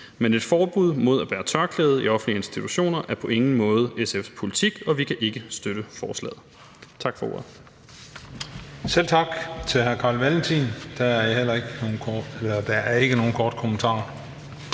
Men et forbud mod at bære tørklæde i offentlige institutioner er på ingen måde SF's politik, og vi kan ikke støtte forslaget. Tak for ordet. Kl. 20:49 Den fg. formand (Christian Juhl): Selv tak